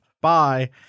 Bye